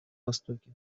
востоке